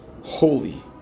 holy